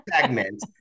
segment